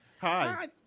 Hi